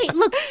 look.